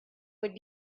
would